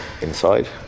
inside